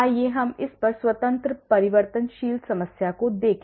आइए हम इस पर एक स्वतंत्र परिवर्तनशील समस्या को देखें